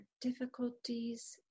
difficulties